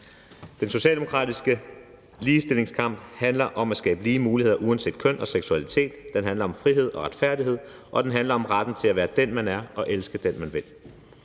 Den socialdemokratiske ligestillingskamp handler om at skabe lige muligheder uanset køn og seksualitet, den handler om frihed og retfærdighed, og den handler om retten til at være den, man er, og elske den, man vil.